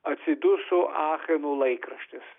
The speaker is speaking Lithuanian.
atsiduso acheno laikraščius